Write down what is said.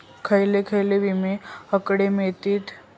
खयले खयले विमे हकडे मिळतीत?